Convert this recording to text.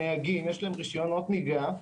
יש להם רשיונות נהיגה.